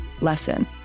lesson